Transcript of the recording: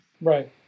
Right